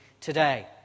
today